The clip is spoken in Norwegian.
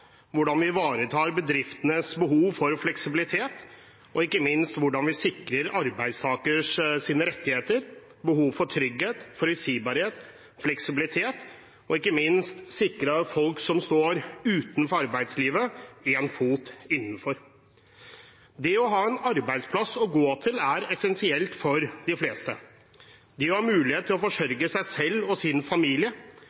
hvordan vi ivaretar bedriftenes behov for fleksibilitet, og ikke minst hvordan vi sikrer arbeidstakernes rettigheter og behov for trygghet, forutsigbarhet og fleksibilitet og sikrer folk som står utenfor arbeidslivet, en fot innenfor. Det å ha en arbeidsplass å gå til er essensielt for de fleste. Det å ha mulighet til å